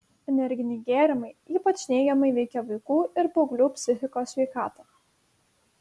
energiniai gėrimai ypač neigiamai veikia vaikų ir paauglių psichikos sveikatą